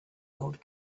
old